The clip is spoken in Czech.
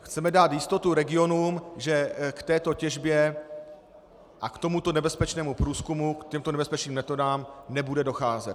Chceme dát jistotu regionům, že k této těžbě, k tomuto nebezpečnému průzkumu, k těmto nebezpečným metodám nebude docházet.